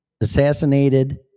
Assassinated